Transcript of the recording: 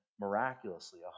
miraculously